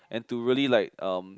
and to really like um